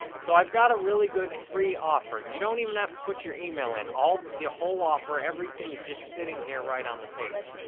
so, i've got a really good free offer. and you don't even have to put your email and in. the whole offer, everything's just sitting here right on the page.